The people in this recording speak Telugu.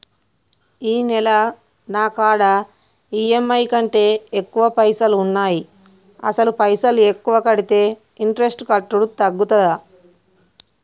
ఈ నెల నా కాడా ఈ.ఎమ్.ఐ కంటే ఎక్కువ పైసల్ ఉన్నాయి అసలు పైసల్ ఎక్కువ కడితే ఇంట్రెస్ట్ కట్టుడు తగ్గుతదా?